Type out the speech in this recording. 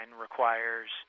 requires